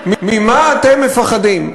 ממה אתם מפחדים?